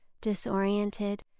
disoriented